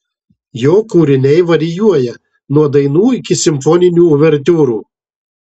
jo kūriniai varijuoja nuo dainų iki simfoninių uvertiūrų